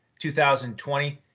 2020